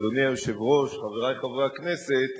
אדוני היושב-ראש, חברי חברי הכנסת,